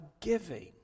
giving